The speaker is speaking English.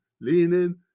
leaning